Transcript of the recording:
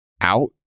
out